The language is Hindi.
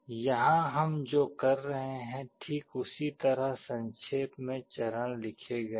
यहाँ हम जो कर रहे हैं ठीक उसी तरह संक्षेप में चरण लिखे गए हैं